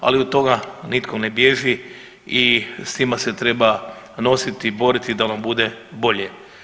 Ali od toga nitko ne bježi i sa njima se treba nositi, boriti da nam bude bolje.